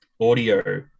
audio